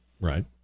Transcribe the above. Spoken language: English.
Right